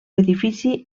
edifici